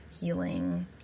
healing